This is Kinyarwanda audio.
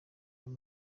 ayo